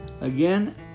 Again